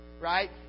Right